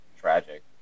Tragic